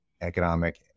economic